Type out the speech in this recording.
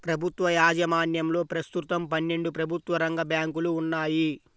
ప్రభుత్వ యాజమాన్యంలో ప్రస్తుతం పన్నెండు ప్రభుత్వ రంగ బ్యాంకులు ఉన్నాయి